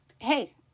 hey